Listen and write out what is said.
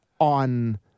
on